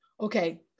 okay